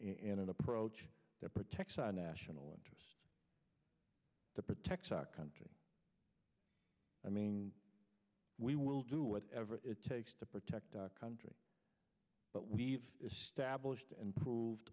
approach that protects our national interest that protects our country i mean we will do whatever it takes to protect our country but we've stablished and proved